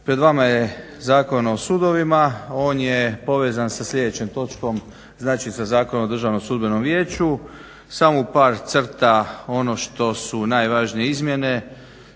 pred vama je Zakon o sudovima, on je povezan sa sljedećom točkom, znači sa Zakonom o Državnom sudbenom vijeću. Samo u par crta, ono što su najvažnije izmjene.